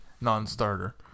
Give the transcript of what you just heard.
non-starter